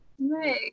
Right